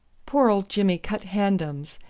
poor old jimmy cut handums.